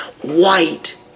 White